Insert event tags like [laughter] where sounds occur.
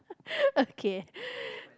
[laughs] okay [laughs]